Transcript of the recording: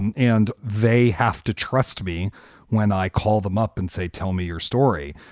and and they have to trust me when i call them up and say, tell me your story,